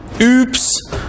Oops